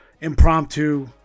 impromptu